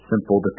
simple